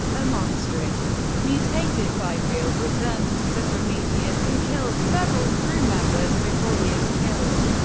a monstrous, mutated fifield returns to the prometheus and kills several crew members before he is killed.